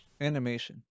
Animation